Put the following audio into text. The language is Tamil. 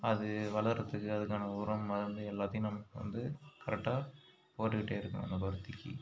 அது வளர்கிறதுக்கு அதுக்கான உரம் மருந்து எல்லாத்தையும் நம்ம வந்து கரெக்டாக போட்டுக்கிட்டே இருக்கணும் அந்த பருத்திக்கு